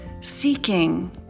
seeking